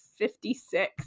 56